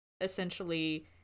essentially